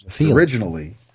originally